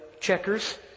checkers